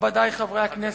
נכבדי חברי הכנסת,